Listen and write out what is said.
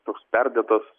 toks perdėtas